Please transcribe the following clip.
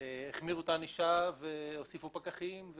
- החמירו את הענישה, הוסיפו פקחים,